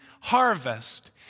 harvest